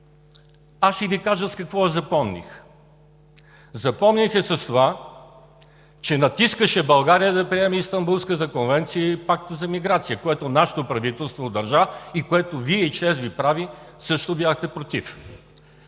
Ще Ви кажа с какво я запомних: запомних я с това, че натискаше България да приемем Истанбулската конвенция и Пакта за миграция, които нашето правителство удържа и Вие, чест Ви прави, също бяхте против.